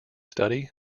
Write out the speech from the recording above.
study